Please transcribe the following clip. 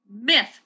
myth